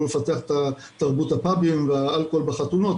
לפתח את תרבות הפאבים והאלכוהול בחתונות,